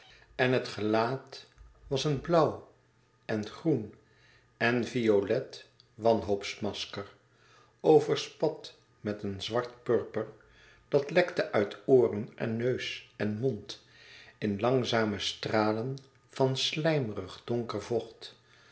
en het gelaat was een blauw en groen en violet wanhoopsmasker overspat met een zwart purper dat lekte uit ooren en neus en mond in langzame stralen van slijmerig donker vocht